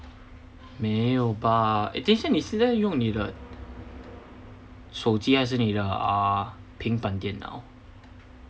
没有吧一定是你在用你的手机还是你的啊平板电脑